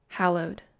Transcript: Hallowed